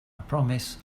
promise